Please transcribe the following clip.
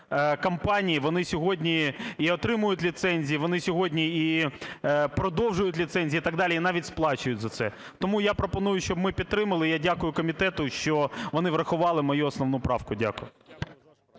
вони сьогодні і отримують ліцензії, вони сьогодні і продовжують ліцензії і так далі, і навіть сплачують за це. Тому я пропоную, щоб ми підтримали. Я дякую комітету, що вони врахували мою основну правку. Дякую.